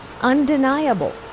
Undeniable